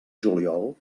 juliol